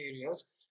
areas